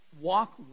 walk